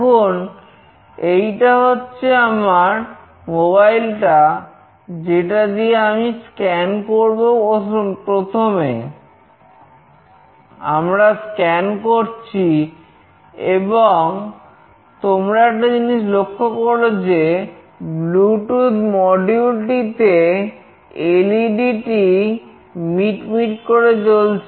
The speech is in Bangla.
এখন এইটা হচ্ছে আমার মোবাইল টি মিটমিট করে জ্বলছে